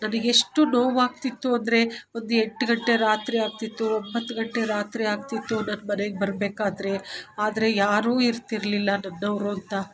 ನನಗೆಷ್ಟು ನೋವಾಗ್ತಿತ್ತು ಅಂದರೆ ಒಂದು ಎಂಟು ಗಂಟೆ ರಾತ್ರಿ ಆಗ್ತಿತ್ತು ಒಂಬತ್ತು ಗಂಟೆ ರಾತ್ರಿ ಆಗ್ತಿತ್ತು ನಾನು ಮನೆಗೆ ಬರಬೇಕಾದ್ರೆ ಆದರೆ ಯಾರು ಇರ್ತಿರಲಿಲ್ಲ ನನ್ನವರು ಅಂತ